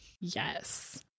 Yes